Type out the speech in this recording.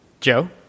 Joe